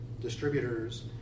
distributors